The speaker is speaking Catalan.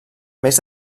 més